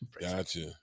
Gotcha